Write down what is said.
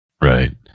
right